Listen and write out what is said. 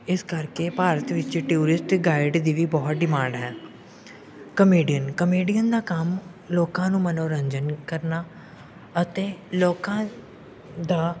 ਇਸ ਕਰਕੇ ਭਾਰਤ ਵਿੱਚ ਟਿਊਰਿਸਟ ਗਾਈਡ ਦੀ ਵੀ ਬਹੁਤ ਡਿਮਾਂਡ ਹੈ ਕਮੇਡੀਅਨ ਕਮੇਡੀਅਨ ਦਾ ਕੰਮ ਲੋਕਾਂ ਨੂੰ ਮਨੋਰੰਜਨ ਕਰਨਾ ਅਤੇ ਲੋਕਾਂ ਦਾ